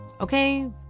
Okay